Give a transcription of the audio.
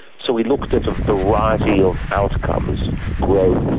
so we looked at a variety of outcomes growth,